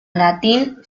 latín